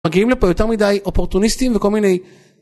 מגיעים לפה יותר מדי, אופורטוניסטים וכל מיני.